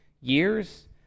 years